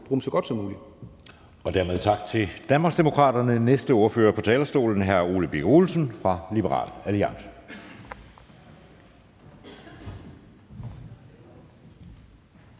næstformand (Jeppe Søe): Dermed tak til Danmarksdemokraterne. Den næste ordfører på talerstolen er hr. Ole Birk Olesen fra Liberal Alliance.